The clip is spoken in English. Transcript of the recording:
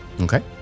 okay